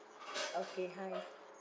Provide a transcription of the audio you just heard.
okay hi